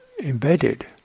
embedded